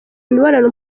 mibonano